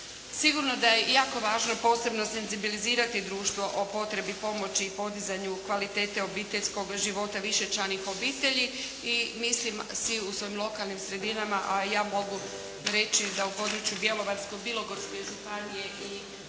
Sigurno da je jako važno posebno senzibilizirati društvo o potrebi pomoći i podizanju kvalitete obiteljskog života višečlanih obitelji i mislim svi u svojim lokalnim sredinama, a ja mogu reći da u području Bjelovarsko-bilogorske županije i grada